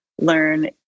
learn